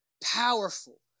powerful